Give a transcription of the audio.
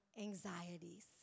anxieties